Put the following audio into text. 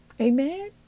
Amen